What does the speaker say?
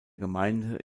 gemeinde